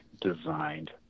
designed